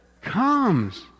comes